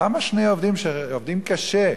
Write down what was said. למה שני עובדים שעובדים קשה,